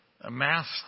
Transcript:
amassed